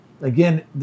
again